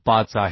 25 आहे